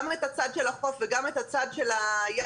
גם את הצד של החוף וגם את הצד של הים,